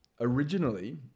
Originally